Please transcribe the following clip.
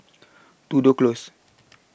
Tudor Close